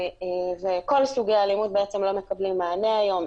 וכל סוגי האלימות לא מקבלים מענה היום.